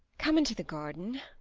come into the garden.